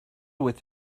with